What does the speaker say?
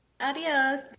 Adios